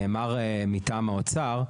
נאמר מטעם האוצר,